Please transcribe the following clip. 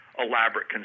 elaborate